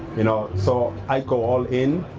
you know, so i'd go all-in,